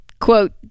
quote